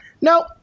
No